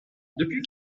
depuis